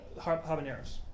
habaneros